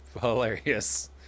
hilarious